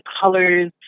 colors